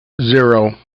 zero